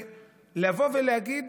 לבוא להגיד